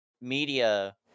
media